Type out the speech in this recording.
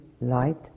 light